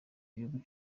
gihugu